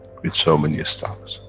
with so many stars.